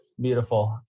Beautiful